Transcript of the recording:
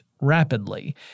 rapidly